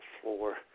floor